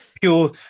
Pure